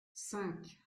cinq